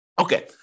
Okay